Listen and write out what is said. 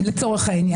לצורך העניין.